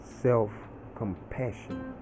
self-compassion